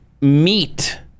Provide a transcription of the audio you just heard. meat